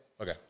Okay